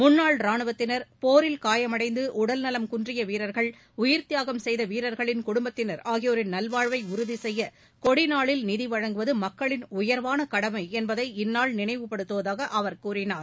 முன்னாள் ராணுவத்தினா் போரில் படுகாயமடைந்து உடல்நவம் குன்றிய வீரா்கள் உயிர்த்தியாகம் செய்த வீரர்களின் குடும்பத்தினா் ஆகியோரின் நல்வாழ்வை உறுதி செய்ய கொடிநாளில் நிதி வழங்குவது மக்களின் உயர்வான கடமை என்பதை இந்நாள் நினைவுபடுத்துவதாக அவர் கூறினார்